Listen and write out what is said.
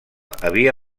havia